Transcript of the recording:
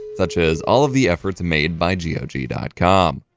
such as all of the efforts made by gog com.